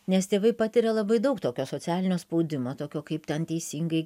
nes tėvai patiria labai daug tokio socialinio spaudimo tokio kaip ten teisingai